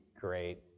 great